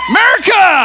America